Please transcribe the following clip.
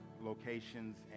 locations